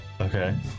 Okay